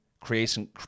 creation